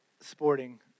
sporting